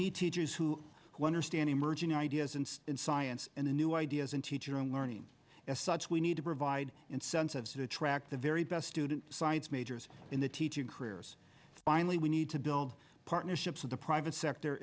need teachers who understand emerging ideas and in science and the new ideas and teaching learning as such we need to provide incentives to attract the very best student science majors in the teaching careers finally we need to build partnerships with the private sector